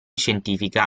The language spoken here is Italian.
scientifica